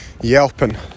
yelping